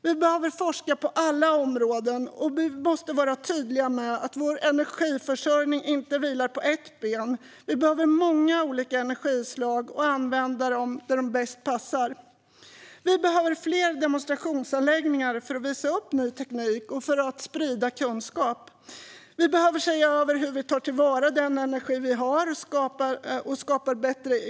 Vi behöver forska på alla områden, och vi måste vara tydliga med att vår energiförsörjning inte vilar på bara ett ben. Vi behöver många olika energislag, och vi behöver använda dem där de passar bäst. Vi behöver fler demonstrationsanläggningar för att visa upp ny teknik och för att sprida kunskap. Vi behöver se över hur vi bättre kan ta till vara den energi vi har skapat genom effektiviseringar.